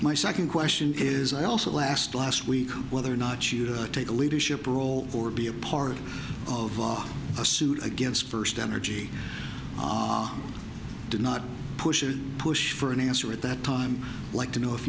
my second question is i also last last week whether or not you to take a leadership role or be a part of a suit against first energy did not push it push for an answer at that time like to know if